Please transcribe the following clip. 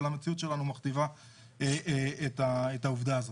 אבל המציאות שלנו מכתיבה את העובדה הזאת.